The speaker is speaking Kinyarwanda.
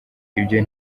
ibyo